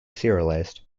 serialized